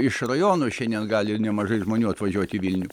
iš rajonų šiandien gali nemažai žmonių atvažiuot į vilnių